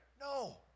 No